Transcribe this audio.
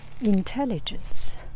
intelligence